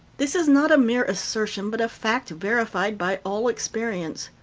this is not a mere assertion, but a fact verified by all experience.